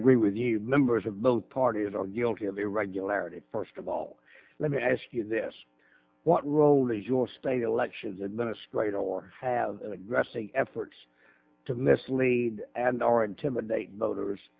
agree with you members of both parties are guilty of irregularities first of all let me ask you this what role is your state elections administrator or have aggressive efforts to mislead and or intimidate voters